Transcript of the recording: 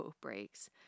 breaks